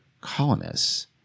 colonists